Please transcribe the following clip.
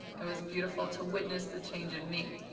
it was beautiful to witness the change in me.